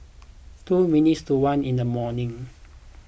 two minutes to one in the morning